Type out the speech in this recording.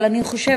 אבל אני חושבת,